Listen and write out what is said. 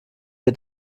wir